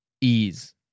ease